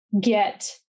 get